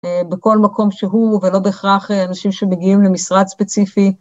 בכל מקום שהוא ולא בהכרח אנשים שמגיעים למשרד ספציפי.